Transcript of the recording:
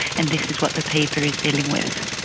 and this is what the paper is dealing with.